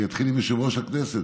ואתחיל עם יושב-ראש הכנסת,